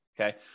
okay